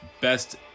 best